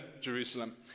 Jerusalem